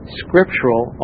scriptural